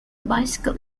bicycle